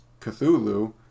Cthulhu